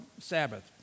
Sabbath